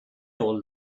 your